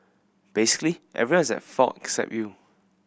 basically everyone is at fault except you